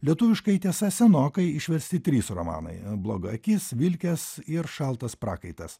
lietuviškai tiesa senokai išversti trys romanai bloga akis vilkės ir šaltas prakaitas